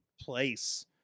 place